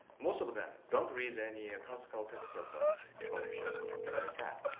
most of of them don't read any classical text of ah confucius or something ah like that.